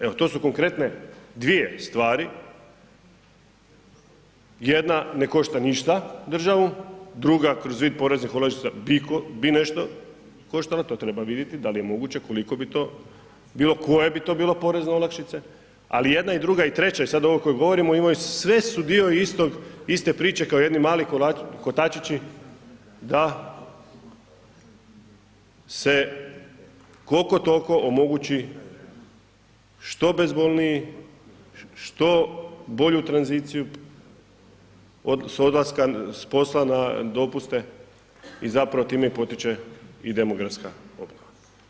Evo to su konkretne dvije stvari, jedna ne košta ništa državu, druga kroz vid poreznih olakšica bi nešto koštala to treba vidjeti da li je moguće koliko bi to bilo, koje bi to bile porezne olakšice, ali i jedna i druga i treća i sad ovo koje govorimo sve su dio istog, iste priče kao jedni mali kotačići da se koliko toliko omogući što bezbolniji što bolju tranziciju s odlaska posla na dopuste i zapravo s time i potiče i demografska obnova.